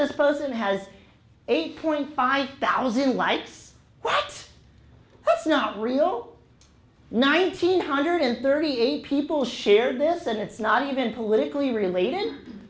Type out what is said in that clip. this person has eight point five thousand lights it was not real nineteen hundred and thirty eight people share this and it's not even politically related